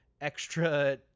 extra